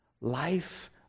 Life